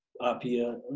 Apia